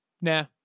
nah